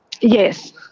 Yes